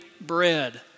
bread